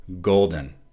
golden